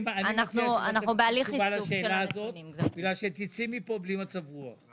אני מציע שתיסוגי מהשאלה הזאת כי תצאי מכאן בלי מצב רוח.